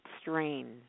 strain